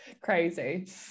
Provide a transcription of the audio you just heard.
Crazy